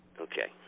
Okay